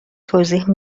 توضیح